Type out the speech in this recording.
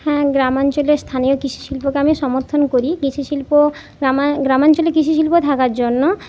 হ্যাঁ গ্রামাঞ্চলের স্থানীয় কৃষিশিল্পকে আমি সমর্থন করি কৃষিশিল্প গ্রামাঞ্চলে কৃষিশিল্প থাকার জন্য